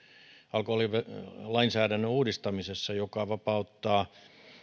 alkoholilainsäädännön uudistamisesta joka vapauttaa